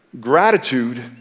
gratitude